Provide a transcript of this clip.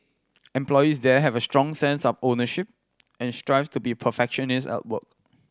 employees there have a strong sense of ownership and strive to be perfectionist at work